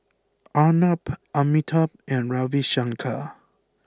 Arnab Amitabh and Ravi Shankar